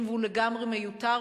זה אכיפה